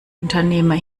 unternehmer